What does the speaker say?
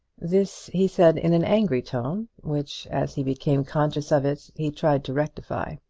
this he said in an angry tone, which, as he became conscious of it, he tried to rectify.